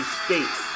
states